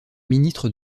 ministre